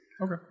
Okay